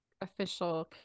official